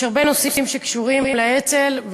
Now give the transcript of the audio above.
יש הרבה נושאים שקשורים לאצ"ל,